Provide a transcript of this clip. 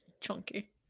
Chunky